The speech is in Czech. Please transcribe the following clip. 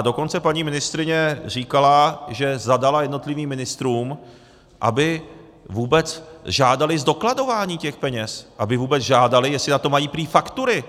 Dokonce paní ministryně říkala, že zadala jednotlivým ministrům, aby vůbec žádali zdokladování těch peněz, aby vůbec žádali, jestli na to mají prý faktury.